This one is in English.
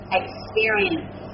experience